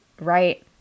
right